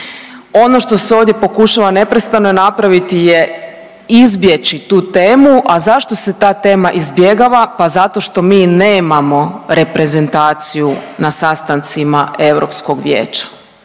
Ono što se ovdje pokušava neprestano napraviti je izbjeći tu temu, a zašto se ta tema izbjegava? Pa zato što mi nemamo reprezentaciju na sastancima EV-a.